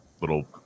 little